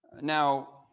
Now